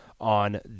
on